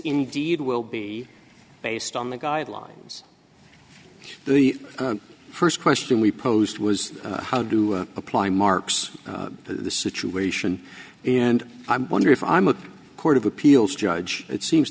indeed will be based on the guidelines the first question we posed was how do you apply marks to the situation and i wonder if i'm a court of appeals judge it seems